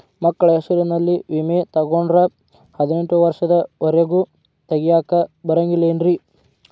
ಮಕ್ಕಳ ಹೆಸರಲ್ಲಿ ವಿಮೆ ತೊಗೊಂಡ್ರ ಹದಿನೆಂಟು ವರ್ಷದ ಒರೆಗೂ ತೆಗಿಯಾಕ ಬರಂಗಿಲ್ಲೇನ್ರಿ?